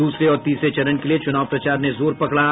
दूसरे और तीसरे चरण के लिये चुनाव प्रचार ने जोर पकड़ा